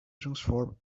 transform